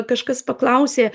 kažkas paklausė